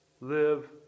live